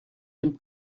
dem